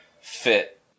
fit